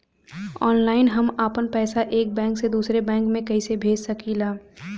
Online हम आपन पैसा एक बैंक से दूसरे बैंक में कईसे भेज सकीला?